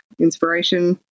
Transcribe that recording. inspiration